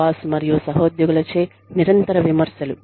boss మరియు సహోద్యోగుల చే నిరంతర విమర్శలు